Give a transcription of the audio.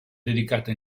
dedicata